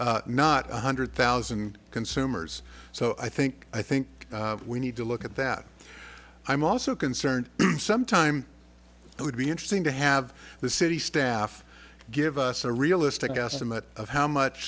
not one hundred thousand consumers so i think i think we need to look at that i'm also concerned some time it would be interesting to have the city staff give us a realistic estimate of how much